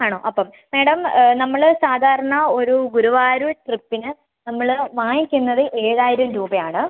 ആണോ അപ്പം മാഡം നമ്മൾ സാധാരണ ഒരു ഗുരുവായൂർ ട്രിപ്പിന് നമ്മൾ വാങ്ങിക്കുന്നത് ഏഴായിരം രൂപയാണ്